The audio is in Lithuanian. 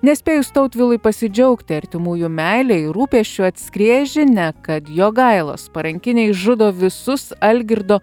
nespėjus tautvilui pasidžiaugti artimųjų meile ir rūpesčiu atskrieja žinia kad jogailos parankiniai žudo visus algirdo